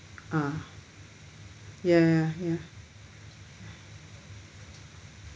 ah ya ya ya